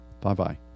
bye-bye